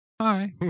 Hi